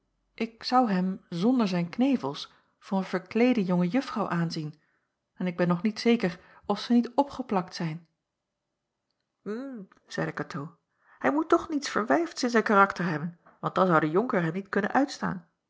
ik zou hem zonder zijn knevels voor een verkleede jonge juffrouw aanzien en ik ben nog niet zeker of ze niet opgeplakt zijn hm zeide katoo hij moet toch niets verwijfds in zijn karakter hebben want dan zou de jonker hem niet kunnen uitstaan